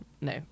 No